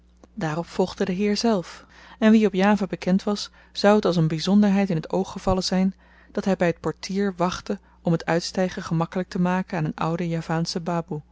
daarop volgde die heer zelf en wien op java bekend was zou het als een byzonderheid in t oog gevallen zyn dat hy by t portier wachtte om t uitstygen gemakkelyk te maken aan een oude javaansche baboe